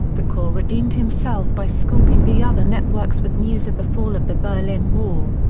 brokaw redeemed himself by scooping the other networks with news of the fall of the berlin wall.